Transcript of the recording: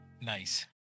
nice